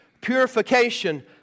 Purification